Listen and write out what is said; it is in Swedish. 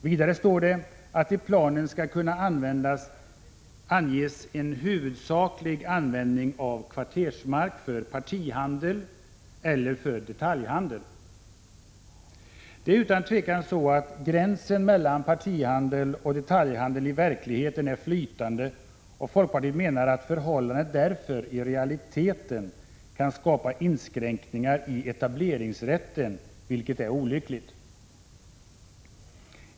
Vidare står det att i planen skall kunna anges en huvudsaklig användning av kvartersmark för partihandel eller för detaljhandel. Det är utan tvivel så att gränsen mellan partihandel och detaljhandel i verkligheten är flytande, och folkpartiet menar att förhållandet därför i realiteten kan skapa inskränkningar i etableringsrätten, vilket är olyckligt.